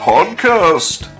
Podcast